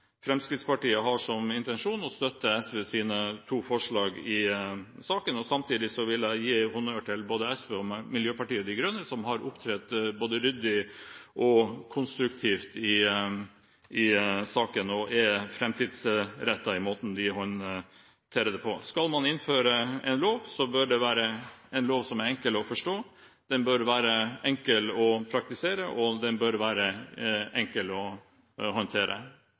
Fremskrittspartiet har som intensjon å støtte SVs to forslag i saken. Jeg vil samtidig gi honnør til både SV og Miljøpartiet De Grønne, som har opptrådt både ryddig og konstruktivt i saken, og er framtidsrettet i måten de håndterer det på. Skal man innføre en lov, bør det være en lov som er enkel å forstå. Den bør være enkel å praktisere, og den bør være enkel å håndtere.